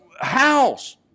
house